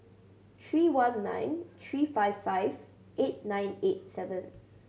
three one nine three five five eight nine eight seven